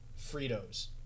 fritos